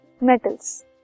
metals